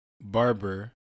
barber